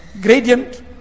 gradient